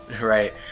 right